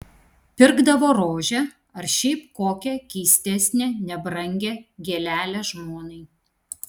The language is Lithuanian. pirkdavo rožę ar šiaip kokią keistesnę nebrangią gėlelę žmonai